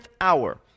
hour